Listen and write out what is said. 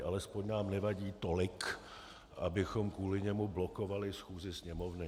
Alespoň nám nevadí tolik, abychom kvůli němu blokovali schůzi Sněmovny.